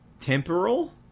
temporal